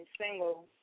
single